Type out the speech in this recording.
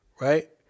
Right